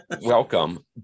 welcome